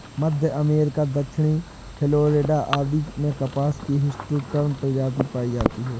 मध्य America, दक्षिणी Florida आदि में कपास की हिर्सुटम प्रजाति पाई जाती है